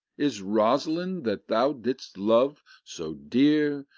is rosaline, that thou didst love so dear,